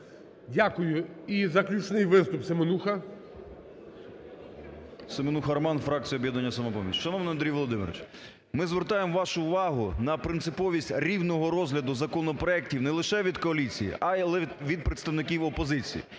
Дякую. І заключний виступ – Семенуха. 10:41:05 СЕМЕНУХА Р.С. Семенуха Роман, фракція "Об'єднання "Самопоміч". Шановний Андрію Володимировичу, ми звертаємо вашу увагу на принциповість рівного розгляду законопроектів не лише від коаліції, але й від представників опозиції.